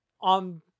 on